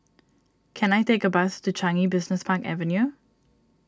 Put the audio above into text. can I take a bus to Changi Business Park Avenue